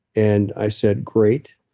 and i said, great.